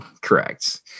correct